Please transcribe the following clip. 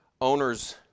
owners